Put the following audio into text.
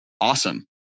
awesome